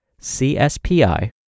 CSPI